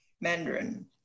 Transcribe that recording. Mandarin